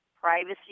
privacy